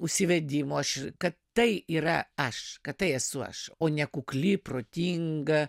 užsivedimo aš kad tai yra aš kad tai esu aš o ne kukli protinga